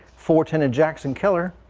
fortune in jackson killer.